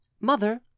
Mother